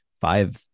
five